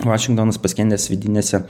vašingtonas paskendęs vidinėse